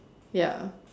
ya